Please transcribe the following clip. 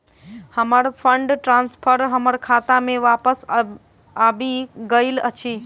हमर fund transfer हमर खाता मे बापस आबि गइल अछि